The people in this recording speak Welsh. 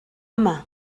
yma